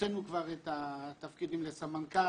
הוצאנו כבר את התפקידים לסמנכ"ל.